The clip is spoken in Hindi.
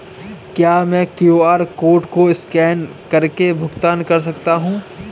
क्या मैं क्यू.आर कोड को स्कैन करके भुगतान कर सकता हूं?